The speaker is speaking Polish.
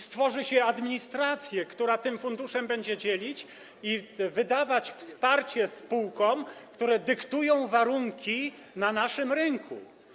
Stworzy się administrację, która ten fundusz będzie dzielić i dawać wsparcie spółkom, które dyktują warunki na naszym rynku.